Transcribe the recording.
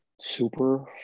super